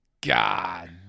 God